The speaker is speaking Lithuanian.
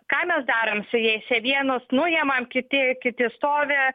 ką mes darom su jais čia vienus nuimam kiti kiti stovi